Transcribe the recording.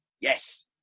yes